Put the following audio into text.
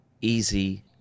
Easy